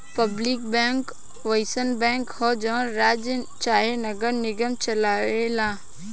public bank अउसन bank ह जवन राज्य चाहे नगर निगम चलाए ला